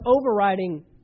overriding